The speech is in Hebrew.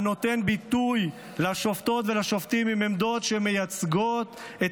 הנותן ביטוי לשופטות ולשופטים עם עמדות שמייצגות את